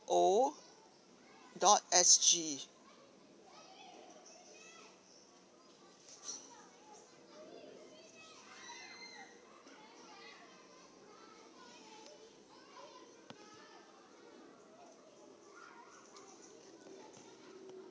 O dot S G